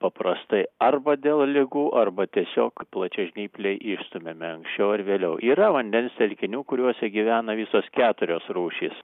paprastai arba dėl ligų arba tiesiog plačiažnypliai išstumiami anksčiau ar vėliau yra vandens telkinių kuriuose gyvena visos keturios rūšys